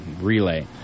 relay